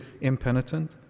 impenitent